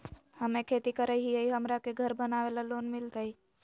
हमे खेती करई हियई, हमरा के घर बनावे ल लोन मिलतई?